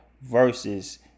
versus